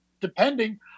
depending